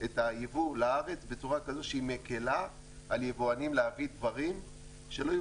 את הייבוא לארץ בצורה כזאת שהיא מקלה על יבואנים להביא דברים שלא יהיו